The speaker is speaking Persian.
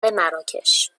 مراکش